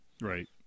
Right